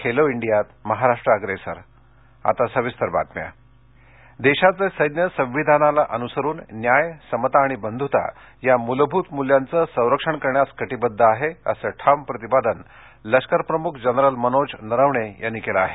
खेलो इंडियात महाराष्ट्र अग्रेसर आता सविस्तर बातम्या नरवणे देशाचं सैन्य संविधानाला अनुसरून न्याय समता आणि बंधुता या मुलभूत मूल्यांचं संरक्षण करण्यास कटिबद्ध आहे असं ठाम प्रतिपादन लष्करप्रमुख जनरल मनोज नरवणे यांनी केलं आहे